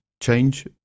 change